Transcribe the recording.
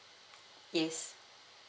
yes